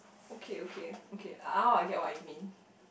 okay okay okay now I get what you mean